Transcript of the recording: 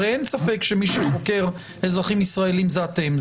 הרי אין ספק שמי שחוקר אזרחים ישראלים זה אתם,